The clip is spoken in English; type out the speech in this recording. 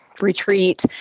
retreat